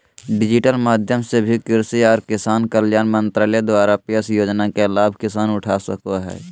digital माध्यम से भी कृषि आर किसान कल्याण मंत्रालय द्वारा पेश योजना के लाभ किसान उठा सको हय